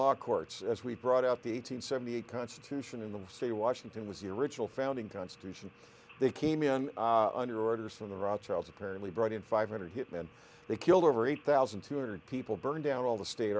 law courts as we brought out the eight hundred seventy eight constitution in the state of washington was the original founding constitution they came in under orders from the right charles apparently brought in five hundred hit men they killed over eight thousand two hundred people burned down all the state